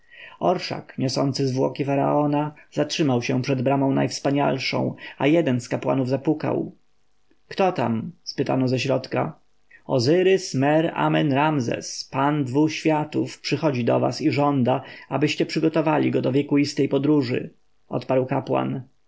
orszak niosący zwłoki faraona zatrzymał się przed bramą najwspanialszą a jeden z kapłanów zapukał kto tam spytano ze środka ozyrys mer-amen-ramzes pan dwu światów przychodzi do was i żąda abyście przygotowali go do wiekuistej podróży odparł kapłan